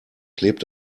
klebt